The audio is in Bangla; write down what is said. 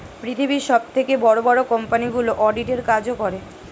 পৃথিবীর সবথেকে বড় বড় কোম্পানিগুলো অডিট এর কাজও করে